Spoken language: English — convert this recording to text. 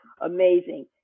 amazing